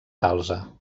calze